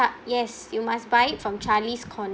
yes you must buy it from charlie's corner